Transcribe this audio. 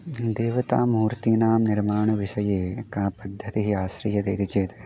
देवतामूर्तीनां निर्माणविषये का पद्धतिः आश्रियते इति चेत्